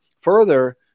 Further